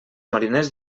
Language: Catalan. mariners